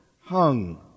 hung